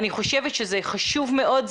אני חושבת שזה חשוב מאוד.